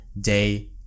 day